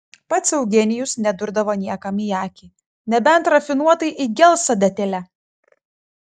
pats eugenijus nedurdavo niekam į akį nebent rafinuotai įgels adatėle